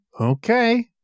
okay